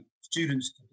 students